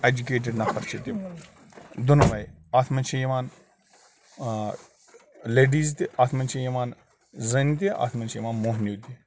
educated نَفر چھِ تِم دۄنوَے اَتھ منٛز چھِ یِوان لیڈیٖز تہِ اَتھ منٛز چھِ یِوان زَنہِ تہِ اَتھ منٛز چھِ یِوان موٚہنیوٗ تہِ